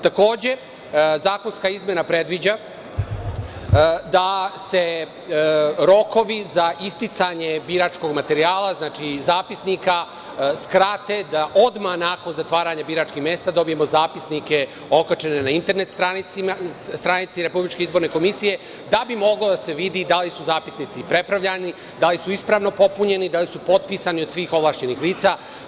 Takođe, zakonska izmena predviđa da se rokovi za isticanje biračkog materijala, znači, zapisnika, skrate, da odmah nakon zatvaranja biračkih mesta dobijemo zapisnike okačene na internet stranici RIK, da bi moglo da se vidi da li su zapisnici prepravljani, da li su ispravno popunjeni, da li su potpisani od svih ovlašćenih lica.